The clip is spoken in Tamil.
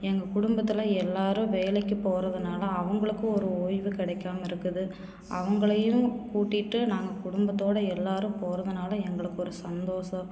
எங்க குடும்பத்தில் எல்லாரும் வேலைக்கு போகறதுனால அவங்களுக்கும் ஒரு ஒய்வு கிடைக்காம இருக்குது அவங்களையும் கூட்டிகிட்டு நாங்கள் குடும்பத்தோட எல்லாரும் போகறதனால எங்களுக்கு ஒரு சந்தோஷம்